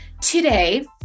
Today